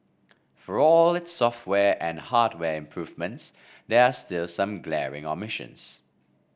for all its software and hardware improvements there are still some glaring omissions